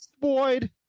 Boyd